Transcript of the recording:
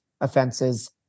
offenses